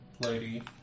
lady